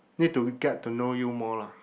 need to meet up to know you more ah